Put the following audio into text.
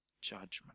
judgment